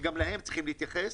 שגם להם צריכים להתייחס,